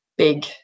big